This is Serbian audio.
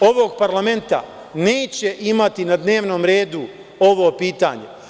ovog parlamenta neće imati na dnevnom redu ovo pitanje.